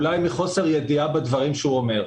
אולי מחוסר ידיעה בדברים שהוא אומר.